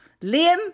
Liam